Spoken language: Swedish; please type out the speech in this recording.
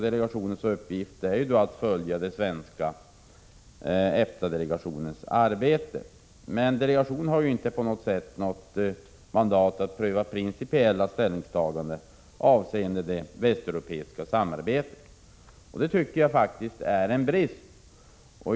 Delegationens uppgift är att följa den svenska EFTA-delegationens arbete. Delegationen har emellertid inte något mandat att pröva principiella ställningstaganden avseende det västeuropeiska samarbetet, och det tycker jag faktiskt är en brist.